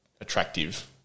attractive